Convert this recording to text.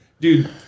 dude